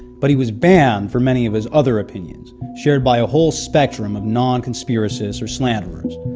but he was banned for many of his other opinions, shared by a whole spectrum of non-conspiracists or slanderers.